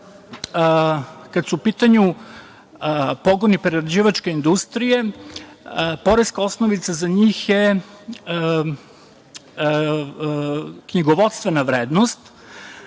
kada su u pitanju pogoni prerađivačke industrije, poreska osnovica za njih je knjigovodstvena vrednost.